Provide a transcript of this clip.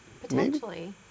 Potentially